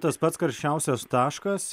tas pats karščiausias taškas